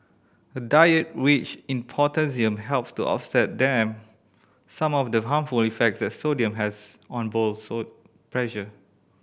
a diet rich in potassium helps to offset them some of the harmful effects that sodium has on blood pressure